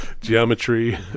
Geometry